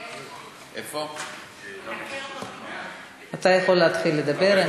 אתה יכול להתחיל לדבר.